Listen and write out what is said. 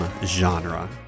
genre